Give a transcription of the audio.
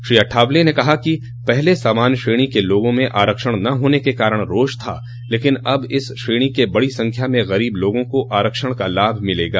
श्री अठावले ने कहा कि पहले सामान्य श्रेणी के लोगों में आरक्षण न होने के कारण रोष था लेकिन अब इस श्रेणी के बड़ी संख्या में गरीब लोगों को आरक्षण का लाभ मिलेगा